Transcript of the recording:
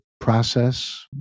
process